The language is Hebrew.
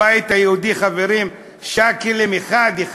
הבית היהודי, חברים, שאקלים אחד אחד,